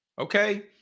okay